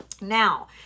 Now